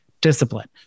discipline